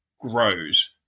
grows